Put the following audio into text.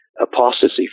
Apostasy